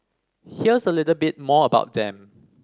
here's a little bit more about them